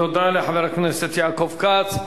תודה לחבר הכנסת יעקב כץ.